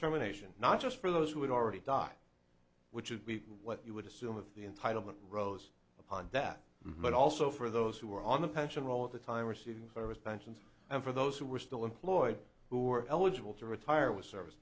terminations not just for those who had already died which would be what you would assume of the entitlement rows upon that but also for those who are on the pension roll at the time receiving service pensions and for those who are still employed who are eligible to retire with service